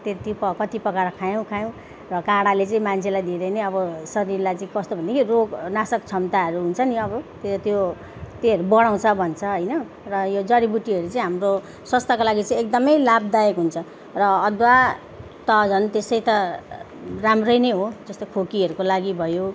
त्यत्ति प कति पकाएर खायौँ खायौँ र काडाले चाहिँ मान्छेलाई धेरै नै अब शरीरलाई चाहिँ कस्तो भनेदेखि रोगनाशक क्षमताहरू हुन्छ नि अब त त्यो त्योहरू बढाउँछ भन्छ होइन र यो जरिबुट्टीहरू चाहिँ हाम्रो स्वास्थ्यको लागि चाहिँ एकदमै लाभदायक हुन्छ र अदुवा त झन् त्यसै त राम्रै नै हो जस्तो खोकीहरूको लागि भयो